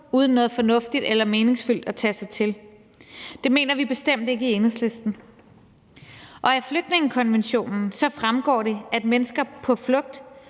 uden noget fornuftigt eller meningsfyldt at tage sig til? Det mener vi bestemt ikke i Enhedslisten. Af flygtningekonventionen fremgår det, at mennesker på flugt